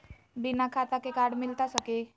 बिना खाता के कार्ड मिलता सकी?